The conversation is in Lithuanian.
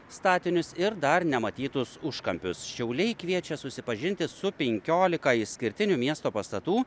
statinius ir dar nematytus užkampius šiauliai kviečia susipažinti su penkiolika išskirtinių miesto pastatų